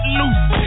loose